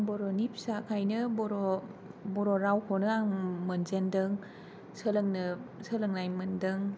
आं बर'नि फिसा खायनो बर'रावखौनो आं मोनजेनदों सोलोंनो मोनदों